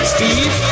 Steve